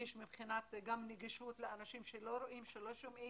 מבחינת נגישות לאנשים שלא רואים, שלא שומעים,